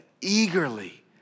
eagerly